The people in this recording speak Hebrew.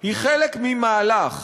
היא חלק ממהלך